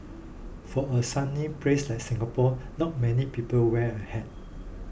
for a sunny place like Singapore not many people wear a hat